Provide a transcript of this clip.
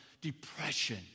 depression